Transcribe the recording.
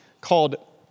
called